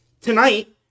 tonight